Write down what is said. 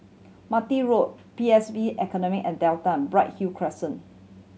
Martin Road P S B Academy at Delta Bright Hill Crescent